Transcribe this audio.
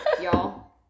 Y'all